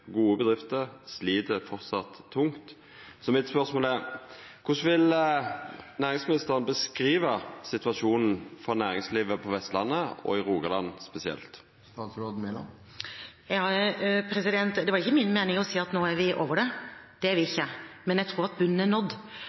gode bedrifter slit framleis tungt. Så spørsmålet mitt er: Korleis vil næringsministeren beskriva situasjonen for næringslivet på Vestlandet og spesielt i Rogaland? Det var ikke min mening å si at nå er vi over det. Det er vi ikke. Men jeg tror at bunnen er nådd.